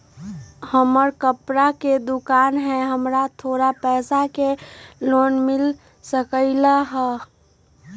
हमर कपड़ा के दुकान है हमरा थोड़ा पैसा के लोन मिल सकलई ह?